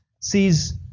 sees